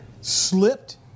slipped